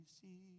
see